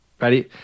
Ready